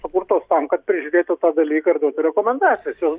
sukurtos tam kad prižiūrėtų tą dalyką ir duotų rekomendacijas jos